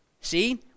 see